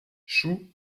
chou